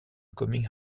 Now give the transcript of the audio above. coming